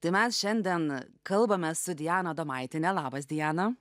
tai mes šiandien kalbame su diana adomaitiene labas diana